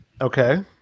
Okay